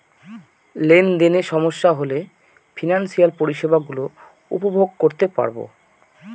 লেনদেনে সমস্যা হলে ফিনান্সিয়াল পরিষেবা গুলো উপভোগ করতে পারবো